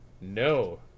No